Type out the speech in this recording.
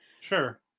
Sure